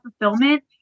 fulfillment